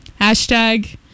Hashtag